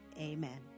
Amen